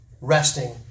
resting